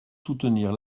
soutenir